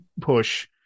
push